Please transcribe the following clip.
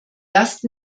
last